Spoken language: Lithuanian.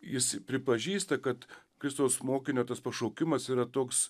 jis pripažįsta kad kristaus mokinio tas pašaukimas yra toks